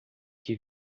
que